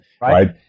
right